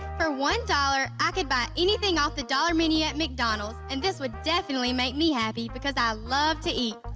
for one dollars, i could buy anything off the dollar menu at mcdonald's, and this would definitely make me happy, because i love to eat.